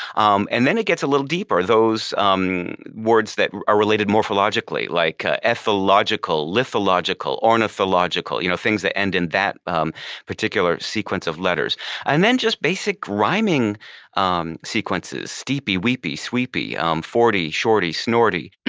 um and then it gets a little deeper those um words that are related morphologically, like ethological, lithological, ornithological, you know things that end in that um particular sequence of letters and then just basic rhyming um sequences steepy, weepy, sweepy, um forty, shorty, snorty.